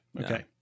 Okay